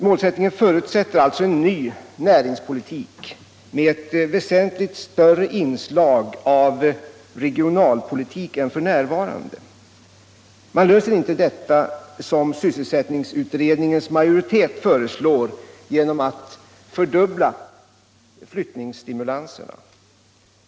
Målsättningen förutsätter alltså en ny näringspolitik med ett väsentligt större inslag av regionalpolitik än f.n. Man löser inte detta problem, som sysselsättningsutredningens majoritet föreslår, genom att fördubbla flyttningsstimulansen.